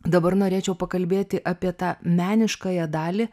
dabar norėčiau pakalbėti apie tą meniškąją dalį